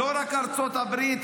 לא רק ארצות הברית,